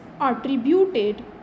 attributed